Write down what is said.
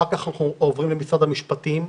אחר כך אנחנו עוברים למשרד המשפטים,